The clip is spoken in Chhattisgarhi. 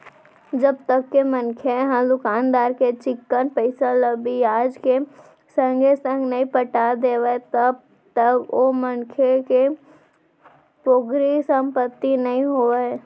जब तक के मनखे ह दुकानदार के चिक्कन पइसा ल बियाज के संगे संग नइ पटा देवय तब तक ओ मनखे के पोगरी संपत्ति नइ होवय